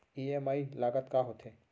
EMI लागत का होथे?